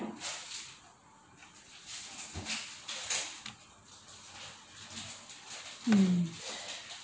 mm